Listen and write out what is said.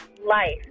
life